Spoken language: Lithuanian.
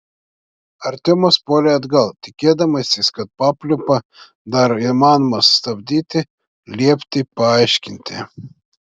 artiomas puolė atgal tikėdamasis kad papliūpą dar įmanoma sustabdyti liepti paaiškinti